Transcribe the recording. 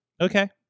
okay